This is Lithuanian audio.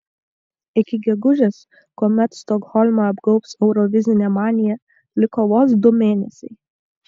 iki gegužės kuomet stokholmą apgaubs eurovizinė manija liko vos du mėnesiai